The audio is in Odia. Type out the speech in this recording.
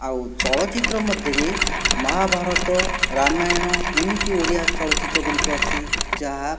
ଆଉ ଚଳଚିତ୍ର ମଧ୍ୟରେ ମହାଭାରତ ରାମାୟଣ ଏମିତି ଓଡ଼ିଆ ଚଳଚିତ୍ର ଗୁଡ଼ିକ ଅଛି ଯାହା